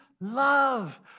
love